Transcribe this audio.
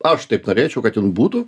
aš taip norėčiau kad jin būtų